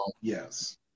yes